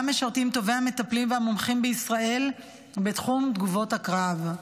שבה משרתים טובי המטפלים והמומחים בישראל בתחום תגובות הקרב.